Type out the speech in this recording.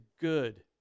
good